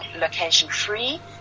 Location-Free